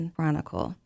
Chronicle